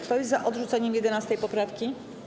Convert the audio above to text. Kto jest za odrzuceniem 11. poprawki?